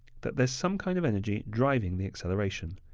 that there's some kind of energy driving the acceleration,